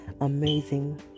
amazing